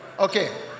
Okay